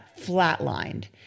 flatlined